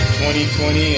2020